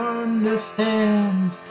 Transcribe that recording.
understands